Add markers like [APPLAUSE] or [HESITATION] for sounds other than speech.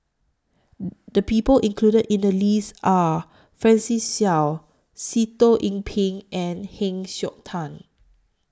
[HESITATION] The People included in The list Are Francis Seow Sitoh Yih Pin and Heng Siok Tian